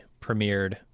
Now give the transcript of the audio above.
premiered